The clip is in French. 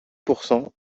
pourcent